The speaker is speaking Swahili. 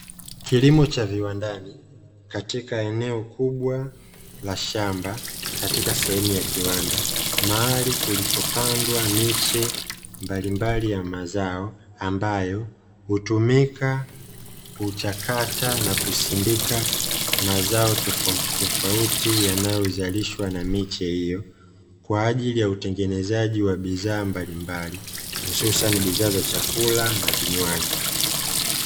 Kilimo cha viwandani katika eneo kubwa la shamba, katika sehemu ya kiwanda, mahali kulikopandwa miche mbalimbali ya mazao; ambayo hutumika, huchakata na kusindika mazao tofautitofauti, yanayozalishwa na miche hiyo kwa ajili ya utengenezaji wa bidhaa mbalimbali, hususani bidhaa za chakula na vinywaji.